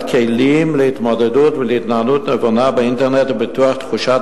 כלים להתמודדות ולהתנהלות נבונה באינטרנט ובפיתוח תחושת